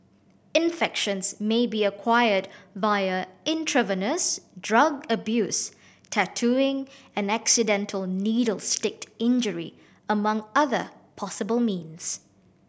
infections may be acquired via intravenous drug abuse tattooing and accidental needle stick injury among other possible means